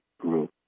group